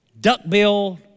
Duckbill